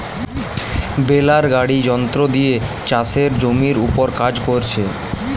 বেলার গাড়ি যন্ত্র দিয়ে চাষের জমির উপর কাজ কোরছে